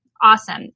Awesome